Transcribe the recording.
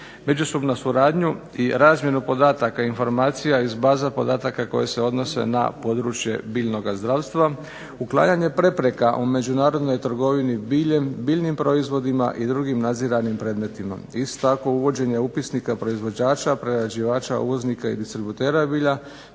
Međusobnu suradnju i razmjenu podataka informacija iz baza podataka koje se odnose na područje biljnoga zdravstva, uklanjanje prepreka o međunarodnoj trgovini biljnim proizvodima i drugim nadziranim predmetima. Isto tako uvođenje upisnika proizvođača, prerađivača uvoznika i distributera bilja,